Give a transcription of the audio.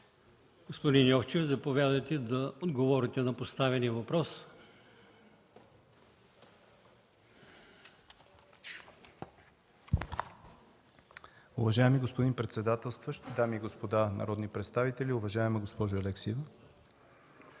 Господин Йовчев, заповядайте да отговорите на поставените въпроси.